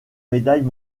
médailles